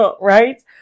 right